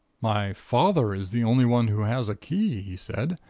my father is the only one who has a key, he said.